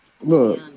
Look